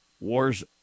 wars